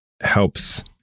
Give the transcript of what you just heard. helps